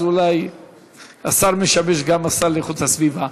אז אולי השר משמש גם כשר להגנת הסביבה,